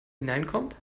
hineinkommt